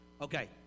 Okay